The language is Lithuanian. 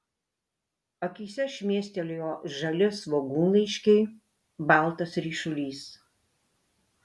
akyse šmėstelėjo žali svogūnlaiškiai baltas ryšulys